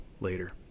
later